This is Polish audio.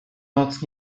noc